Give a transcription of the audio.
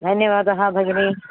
धन्यवादः भगिनी